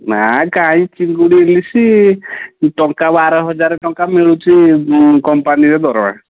ନା କାଇଁ ଚିଙ୍ଗୁଡ଼ି ଇଲିସି ଟଙ୍କା ବାରହଜାର ଟଙ୍କା ମିଳୁଛି କମ୍ପାନୀର ଦରମା